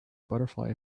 butterfly